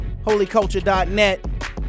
holyculture.net